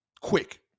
Quick